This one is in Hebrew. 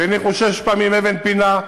והניחו שש פעמים אבן פינה,